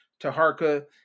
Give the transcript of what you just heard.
Taharka